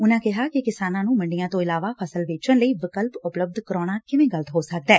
ਉਨੂਾਂ ਕਿਹਾ ਕਿ ਕਿਸਾਨਾਂ ਨੂੰ ਮੰਡੀਆਂ ਤੋਂ ਇਲਾਵਾ ਫਸਲ ਵੇਚਣ ਲਈ ਵਿਕੱਲਪ ਉਪਲਬੱਧ ਕਰਾਉਣਾ ਕਿਵੇਂ ਗਲਤ ਹੋ ਸਕਦੈ